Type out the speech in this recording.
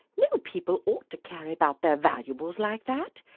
no people ought to carry about their valuables like that!